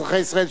אזרחי ישראל,